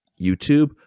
youtube